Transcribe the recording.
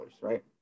right